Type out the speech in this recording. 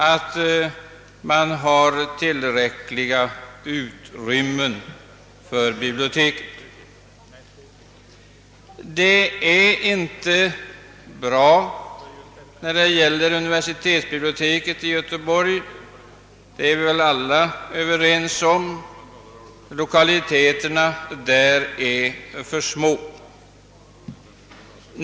Vi kan väl alla vara överens om att förhållandena inte är bra när det gäller universitetsbiblioteket i Göteborg. Lokaliteterna där räcker inte till.